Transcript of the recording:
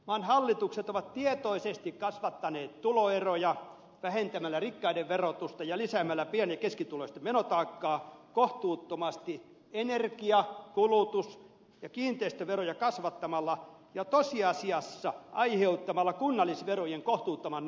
maan hallitukset ovat tietoisesti kasvattaneet tuloeroja vähentämällä rikkaiden verotusta ja lisäämällä pieni ja keskituloisten menotaakkaa kohtuuttomasti energia kulutus ja kiinteistöveroja kasvattamalla ja tosiasiassa aiheuttamalla kunnallisverojen kohtuuttoman nousun